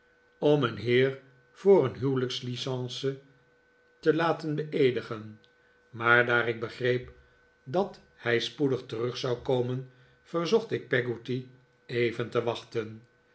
om een heer voor een huwelijkslicence te laten beeedigen maar daar ik begreep dat hij spoedig terug zou komen verzocht ik peggotty even te wachten